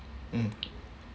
mm